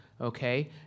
okay